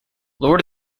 lord